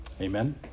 Amen